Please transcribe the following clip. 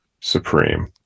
Supreme